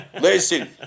listen